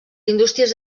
indústries